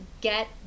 get